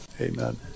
Amen